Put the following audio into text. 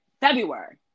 February